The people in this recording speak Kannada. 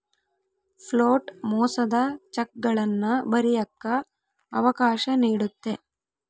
ಫ್ಲೋಟ್ ಮೋಸದ ಚೆಕ್ಗಳನ್ನ ಬರಿಯಕ್ಕ ಅವಕಾಶ ನೀಡುತ್ತೆ